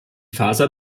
faser